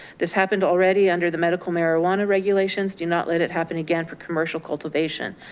this happened already under the medical marijuana regulations, do not let it happen again for commercial cultivation.